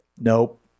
Nope